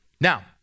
Now